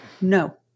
No